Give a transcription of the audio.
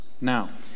Now